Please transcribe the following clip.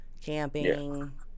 camping